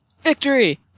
Victory